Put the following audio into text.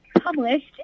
published